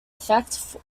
effect